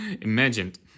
Imagined